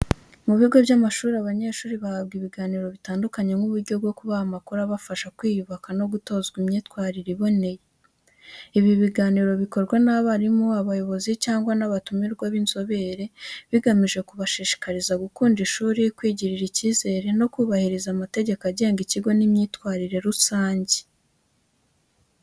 Mu bigo by’amashuri, abanyeshuri bahabwa ibiganiro bitandukanye nk’uburyo bwo kubaha amakuru abafasha kwiyubaka no gutozwa imyitwarire iboneye. Ibi biganiro bikorwa n’abarimu, abayobozi, cyangwa n’abatumirwa b’inzobere, bigamije kubashishikariza gukunda ishuri, kwigirira ikizere, no kubahiriza amategeko agenga ikigo n’imyitwarire rusange.